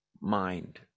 mind